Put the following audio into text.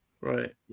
right